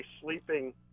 sleeping